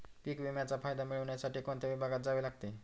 पीक विम्याचा फायदा मिळविण्यासाठी कोणत्या विभागात जावे लागते?